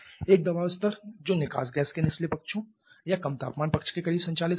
एक दबाव स्तर जो निकास गैस के निचले पक्षों या कम तापमान पक्ष के करीब संचालित होता है